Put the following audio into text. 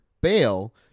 bail